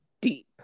deep